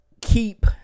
keep